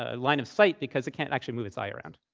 ah line of sight, because it can't actually move its eye around.